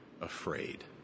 afraid